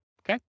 Okay